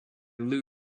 lou